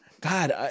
God